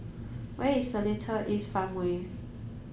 where is Seletar East Farmway